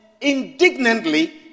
indignantly